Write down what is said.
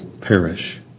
perish